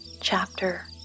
chapter